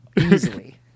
easily